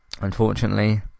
unfortunately